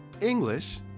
English